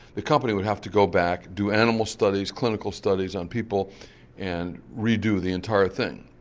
the company would have to go back, do animal studies, clinical studies on people and redo the entire thing.